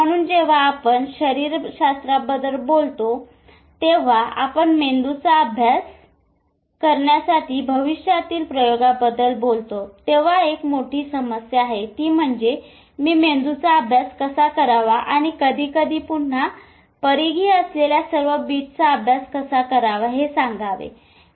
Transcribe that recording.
म्हणून जेव्हा आपण शरीरशास्त्राबद्दल बोलतो आणि जेव्हा आपण मेंदूचा अभ्यास करण्यासाठी भविष्यातील प्रयोगाबद्दल बोलतो तेव्हा एक मोठी समस्या आहे ती म्हणजे मी मेंदूचा अभ्यास कसा करावा आणि कधीकधी पुन्हा परिघीय असलेल्या सर्व बिट्सचा अभ्यास कसा करावा हे सांगावे लागेल